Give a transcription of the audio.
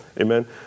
Amen